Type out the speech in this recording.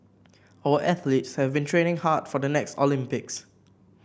our athletes have been training hard for the next Olympics